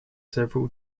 several